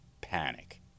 panic